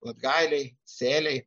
latgaliai sėliai